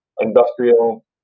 industrial